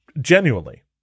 genuinely